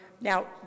Now